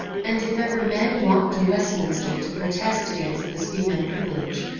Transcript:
and if ever men walk to westminster to protest against this female privilege,